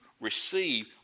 receive